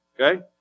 Okay